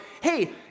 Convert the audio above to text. Hey